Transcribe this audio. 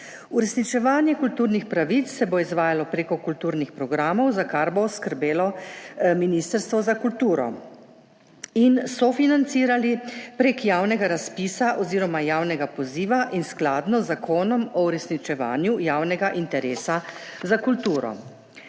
Uresničevanje kulturnih pravic se bo izvajalo prek kulturnih programov, za kar bo skrbelo Ministrstvo za kulturo, in sofinanciralo prek javnega razpisa oziroma javnega poziva in skladno z Zakonom o uresničevanju javnega interesa za kulturo.